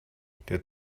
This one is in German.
der